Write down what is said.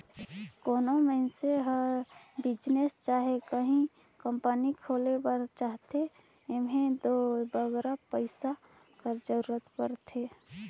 कोनो मइनसे हर बिजनेस चहे काहीं कंपनी खोले बर चाहथे एम्हें दो बगरा पइसा कर जरूरत होथे